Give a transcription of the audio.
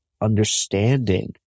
understanding